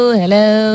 hello